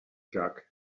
jug